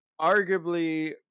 arguably